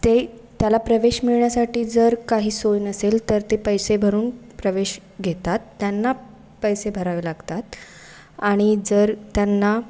ते त्याला प्रवेश मिळण्यासाठी जर काही सोय नसेल तर ते पैसे भरून प्रवेश घेतात त्यांना पैसे भरावे लागतात आणि जर त्यांना